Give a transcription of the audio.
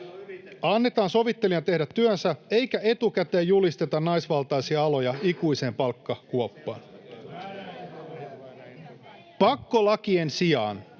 Annetaan sovittelijan tehdä työnsä eikä etukäteen julisteta naisvaltaisia aloja ikuiseen palkkakuoppaan. [Ben